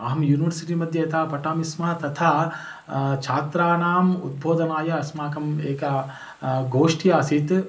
अहं युनिवर्सिटिमध्ये यथा पठामि स्म तथा छात्राणाम् उद्बोधनाय अस्माकम् एका गोष्ठी आसीत्